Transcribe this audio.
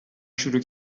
شروع